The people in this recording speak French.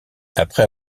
après